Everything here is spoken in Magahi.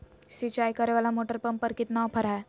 सिंचाई करे वाला मोटर पंप पर कितना ऑफर हाय?